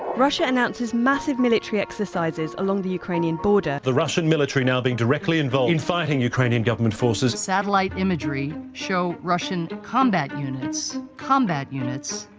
russia announces massive military exercises along the ukrainian border. the russian military now being directly involved in fighting ukrainian government forces. satellite imagery show russian combat units, combats units,